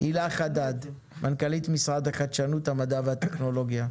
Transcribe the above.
הילה חדד מנכ"לית משרד החדשנות, המדע והטכנולוגיה.